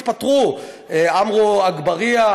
התפטרו: עמרו אגבאריה,